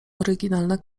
oryginalna